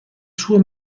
suo